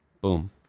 Boom